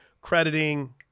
crediting